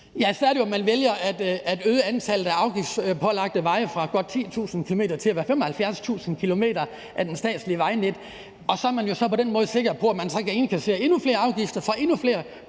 så er det jo, at man vælger at øge antallet af afgiftspålagte veje fra godt 10.000 km til at være 75.000 km af det statslige vejnet, og så er man jo på den måde sikker på, at man så kan indkassere endnu flere afgifter for endnu flere